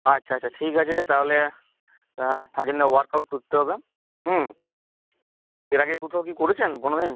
আচ্ছা আচ্ছা ঠিক আছে তাহলে তার জন্য ওয়ার্কআউট করতে হবে হুম এর আগে কোথাও কি করেছেন কোনো দিন